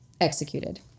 executed